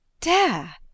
Dare